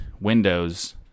windows